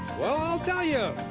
well, i'll tell ya.